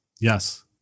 Yes